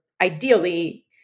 ideally